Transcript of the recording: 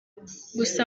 gusa